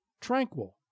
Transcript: tranquil